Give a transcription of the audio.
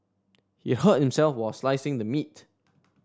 he hurt himself while slicing the meat